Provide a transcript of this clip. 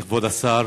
כבוד השר,